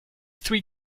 three